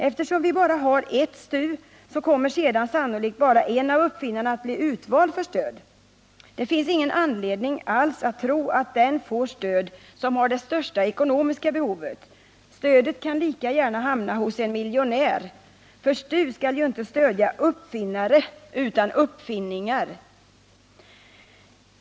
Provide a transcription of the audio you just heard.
Eftersom vi bara har ett STU, kommer sedan sannolikt bara en av uppfinnarna att bli utvald för stöd. Det finns ingen anledning alls att tro att den får stöd som har det största ekonomiska behovet. Stödet kan lika gärna hamna hos en miljonär, för STU skall ju inte stödja uppfinnare utan uppfinningar.